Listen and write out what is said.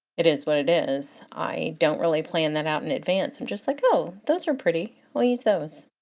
it is what it is i don't really plan that out in advance. i'm just like oh those are pretty i'll use those.